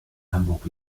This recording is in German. hamburg